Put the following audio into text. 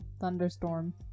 thunderstorm